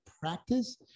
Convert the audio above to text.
practice